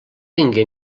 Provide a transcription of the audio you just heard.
tingué